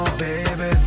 baby